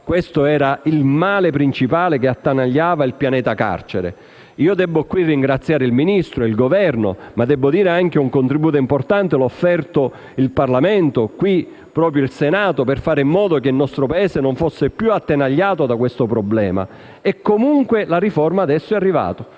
il male principale che attanagliava il pianeta carcere. Io debbo qui ringraziare il Ministro e il Governo, ma debbo dire anche che un contributo importante l'ha offerto il Parlamento, in particolare proprio il Senato, per fare in modo che il nostro Paese non fosse più attanagliato da questo problema. E la riforma adesso è arrivata.